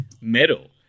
metal